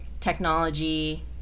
technology